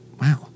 wow